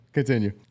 Continue